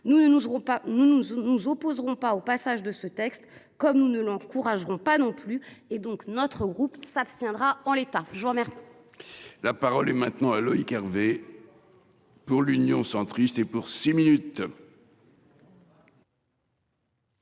nous nous opposerons pas au passage de ce texte comme nous ne l'encourageront pas non plus et donc, notre groupe s'abstiendra. En l'état,